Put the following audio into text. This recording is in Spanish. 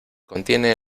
contiene